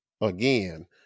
Again